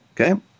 Okay